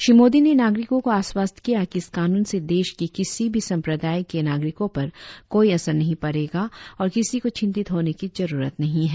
श्री मोदी ने नागरिकों को आश्वस्त किया कि इस कानून से देश कि किसी भी संप्रदाय के नागरिकों पर कोई असर नहीं पड़ेगा और किसी को चिंतित होने की जरुरत नहीं है